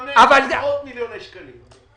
עשרות מיליוני שקלים.